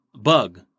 bug